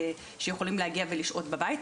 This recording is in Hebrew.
שיכולים להגיע ולשהות בבית.